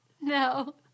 No